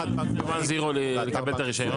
כמה זמן לקח לוואן זירו לקבל את הרישיון?